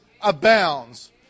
abounds